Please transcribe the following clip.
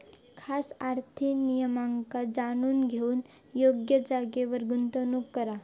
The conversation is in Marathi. खास आर्थिक नियमांका जाणून घेऊन योग्य जागेर गुंतवणूक करा